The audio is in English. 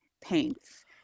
paints